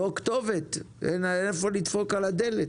ללא כתובת, אין איפה להקיש על הדלת,